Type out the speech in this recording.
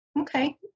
Okay